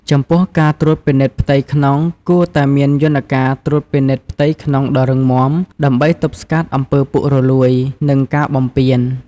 ចំពោះការត្រួតពិនិត្យផ្ទៃក្នុងគួរតែមានយន្តការត្រួតពិនិត្យផ្ទៃក្នុងដ៏រឹងមាំ ដើម្បីទប់ស្កាត់អំពើពុករលួយ និងការបំពាន។